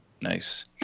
nice